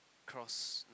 cross